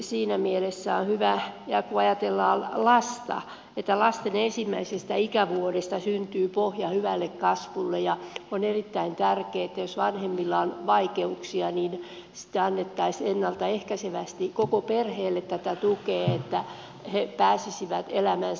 siinä mielessä on hyvä ja kun ajatellaan lasta että lasten ensimmäisestä ikävuodesta syntyy pohja hyvälle kasvulle ja on erittäin tärkeätä että jos vanhemmilla on vaikeuksia tätä tukea annettaisiin ennalta ehkäisevästi koko perheelle niin että he pääsisivät elämänsä alkuun